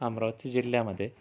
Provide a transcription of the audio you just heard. अमरावती जिल्ह्यामध्ये